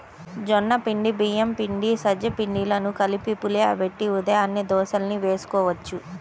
జొన్న పిండి, బియ్యం పిండి, సజ్జ పిండిలను కలిపి పులియబెట్టి ఉదయాన్నే దోశల్ని వేసుకోవచ్చు